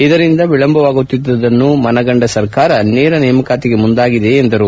ಇದರಿಂದ ವಿಳಂಬವಾಗುತ್ತಿದ್ದುದನ್ನು ಮನಗಂಡ ಸರ್ಕಾರ ನೇರ ನೇಮಕಾತಿಗೆ ಮುಂದಾಗಿದೆ ಎಂದು ಹೇಳಿದರು